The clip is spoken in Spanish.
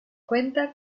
cuenta